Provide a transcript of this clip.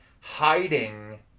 hiding